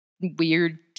weird